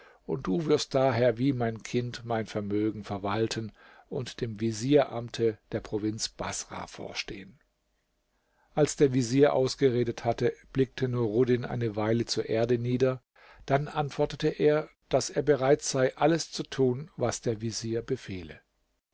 und du wirst daher wie mein kind mein vermögen verwalten und dem vezier amte der provinz baßrah vorstehen als der vezier ausgeredet hatte blickte nuruddin eine weile zur erde nieder dann antwortete er daß er bereit sei alles zu tun was der vezier befehle